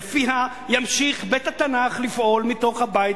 שלפיה ימשיך בית-התנ"ך לפעול מתוך הבית